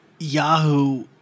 yahoo